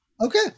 Okay